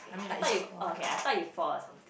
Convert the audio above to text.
okay I thought you uh okay I thought you fall or something